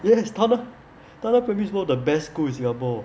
yes tao nan tao nan primary school one of the best school in singapore